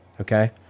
Okay